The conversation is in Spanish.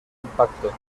impacto